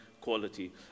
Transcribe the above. quality